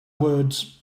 words